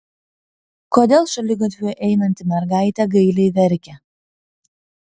kodėl šaligatviu einanti mergaitė gailiai verkia